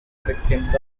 victims